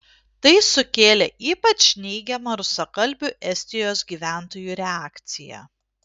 tai sukėlė ypač neigiamą rusakalbių estijos gyventojų reakciją